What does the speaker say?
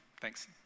Thanks